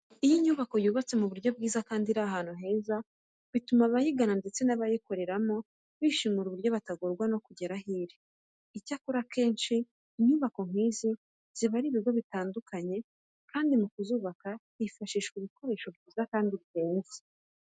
Iyo inyubako yubatse mu buryo bwiza kandi iri n'ahantu heza bituma abayigana bose ndetse n'abayikoreramo bishimira uburyo batagorwa no kugera aho iri. Icyakora akenshi inyubako nk'izi ziba ari iz'ibigo bitandukanye kandi mu kuzubaka bifashisha ibikoresho byiza kandi bihenze.